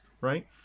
right